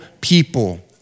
people